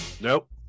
Nope